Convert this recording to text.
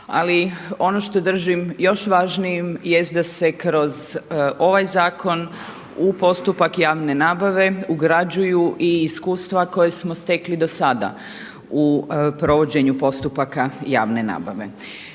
Ali ono što držim još važnijim jest da se kroz ovaj zakon u postupak javne nabave ugrađuju i iskustva koja smo stekli dosada u provođenju postupaka javne nabave.